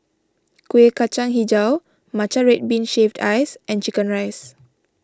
Kuih Kacang HiJau Matcha Red Bean Shaved Ice and Chicken Rice